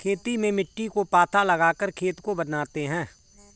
खेती में मिट्टी को पाथा लगाकर खेत को बनाते हैं?